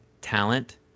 talent